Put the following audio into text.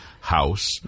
house